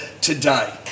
today